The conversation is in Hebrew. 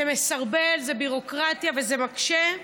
זה מסרבל, זה ביורוקרטיה וזה מקשה,